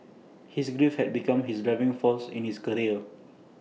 his grief had become his driving force in his career